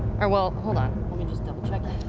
or, well, hold on, let me just double check